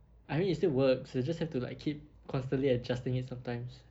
I mean it still works you just have to like keep constantly adjusting it sometimes